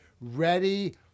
Ready